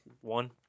One